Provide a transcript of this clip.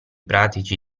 pratici